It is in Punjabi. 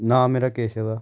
ਨਾਂ ਮੇਰਾ ਕੇਸ਼ਵ ਆ